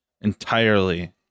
entirely